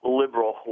liberal